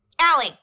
Allie